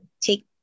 take